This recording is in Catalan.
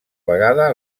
vegada